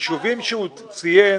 הישובים שהוא ציין,